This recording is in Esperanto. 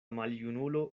maljunulo